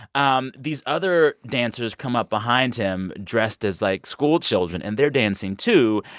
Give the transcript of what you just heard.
um these other dancers come up behind him dressed as, like, schoolchildren. and they're dancing, too.